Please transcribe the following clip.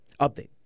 Update